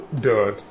done